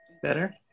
better